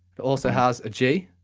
but also has a g